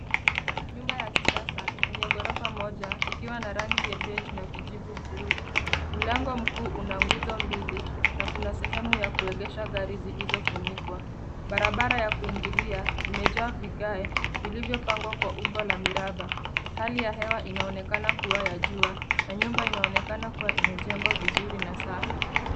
Nyumba ya kisasa yenye ghorofa moja ikiwa na rangi ya beji na kijivu buluu. Mlango mkuu una nguzo mbili na kuna sehemu ya kuegesha gari zilizofunikwa. Barabara ya kuingilia imejaa vigae vilivyopangwa kwa umbo la miraba. Hali ya hewa inaonekana kuwa ya jua na nyumba inaonekana kuwa imejengwa vizuri na safi.